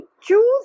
choose